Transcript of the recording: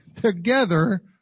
together